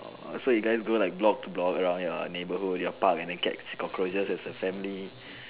orh so you guys go like block to block around your neighbourhood your park and then catch cockroaches as a family